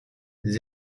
there